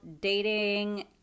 dating